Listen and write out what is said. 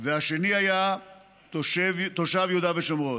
והשני היה תושב יהודה ושומרון.